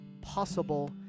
possible